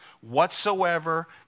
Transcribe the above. whatsoever